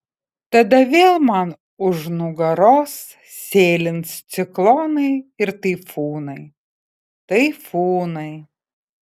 tada vėl man už nugaros sėlins ciklonai ir taifūnai taifūnai